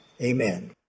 amen